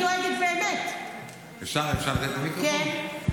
אפשר לתת לי מיקרופון?